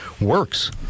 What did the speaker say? works